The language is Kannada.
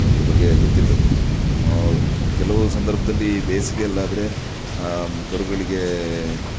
ಅದರ ಬಗ್ಗೆ ಗೊತ್ತಿರಬೇಕು ಕೆಲವು ಸಂದರ್ಭದಲ್ಲಿ ಬೇಸಿಗೆಯಲ್ಲಾದ್ರೆ ಕರುಗಳಿಗೆ